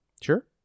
Sure